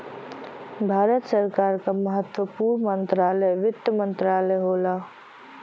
भारत सरकार क महत्वपूर्ण मंत्रालय वित्त मंत्रालय होला